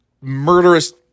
murderous